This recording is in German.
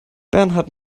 bernhard